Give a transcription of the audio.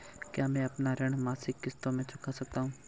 क्या मैं अपना ऋण मासिक किश्तों में चुका सकता हूँ?